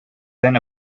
then